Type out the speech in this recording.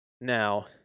Now